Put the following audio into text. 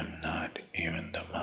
not even the